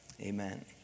amen